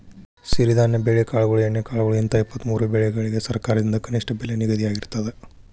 ಸಿರಿಧಾನ್ಯ ಬೆಳೆಕಾಳುಗಳು ಎಣ್ಣೆಕಾಳುಗಳು ಹಿಂತ ಇಪ್ಪತ್ತಮೂರು ಬೆಳಿಗಳಿಗ ಸರಕಾರದಿಂದ ಕನಿಷ್ಠ ಬೆಲೆ ನಿಗದಿಯಾಗಿರ್ತದ